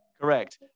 Correct